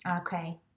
Okay